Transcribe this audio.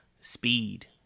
speed